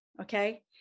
Okay